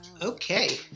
Okay